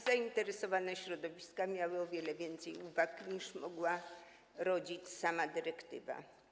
Zainteresowane środowiska miały o wiele więcej uwag, niż mogła rodzić sama dyrektywa.